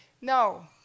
No